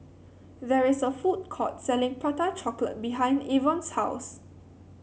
there is a food court selling Prata Chocolate behind Avon's house